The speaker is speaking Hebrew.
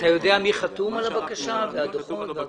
אתה יודע מי חתום על הבקשה ועל הדוחות?